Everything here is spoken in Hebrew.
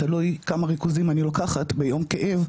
תלוי כמה ריכוזים אני לוקחת ביום כאב,